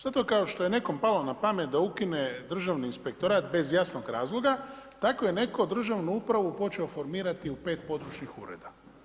Zato kao što je nekom palo na pamet da ukine Državni inspektorat bez jasnog razloga tako je netko državnu upravu počeo formirati u pet područnih ureda.